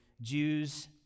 Jews